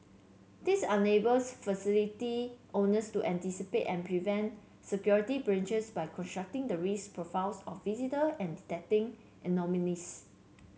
this enables facility owners to anticipate and prevent security breaches by constructing the risk profiles of visitor and detecting anomalies